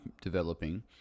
developing